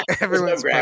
everyone's